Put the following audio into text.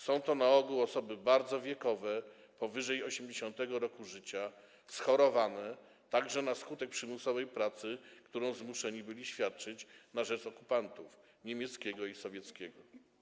Są to na ogół osoby bardzo wiekowe, powyżej 80. roku życia, schorowane, także na skutek przymusowej pracy, którą zmuszeni byli świadczyć na rzecz okupantów: niemieckiego i sowieckiego.